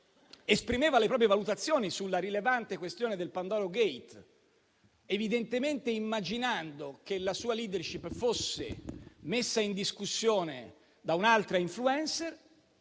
esprimeva le proprie valutazioni sulla rilevante questione del pandoro *gate*, evidentemente immaginando che la sua *leadership* fosse messa in discussione da un'altra *influencer*,